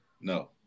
no